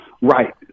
Right